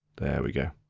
there we go.